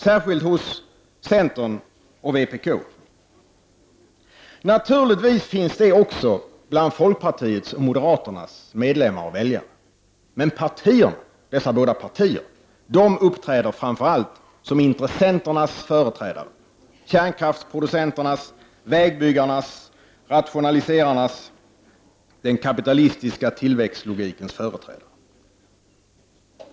Naturligtvis finns det sådana förespråkare också bland folkpartiets och moderaternas medlemmar och väljare, men dessa båda partier uppträder framför allt som intressenternas representanter, kärnkraftproducenternas, vägbyggarnas, rationaliserarnas och den kapitalistiska tillväxtlogikens representanter.